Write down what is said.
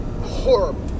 horrible